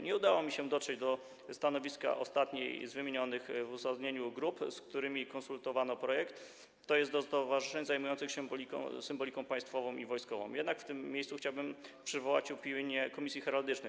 Nie udało mi się dotrzeć do stanowiska ostatniej z wymienionych w uzasadnieniu grup, z którymi konsultowano projekt, tj. do stowarzyszeń zajmujących się symboliką państwową i wojskową, jednak w tym miejscu chciałbym przywołać opinię Komisji Heraldycznej.